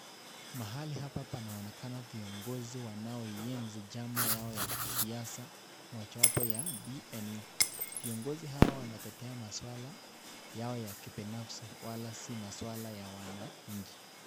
Mahali hapa panaoneka viongozi wanoienzi chama Yao ya kisiasa mojawapo ya PNU viongozi hawa wanatetea maswala Yao ya kibinafsi Wala si maswala ya wananchi.